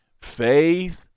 Faith